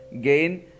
gain